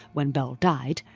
when bell died,